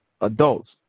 adults